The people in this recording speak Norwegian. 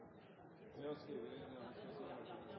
Det å skulle